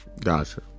Gotcha